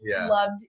loved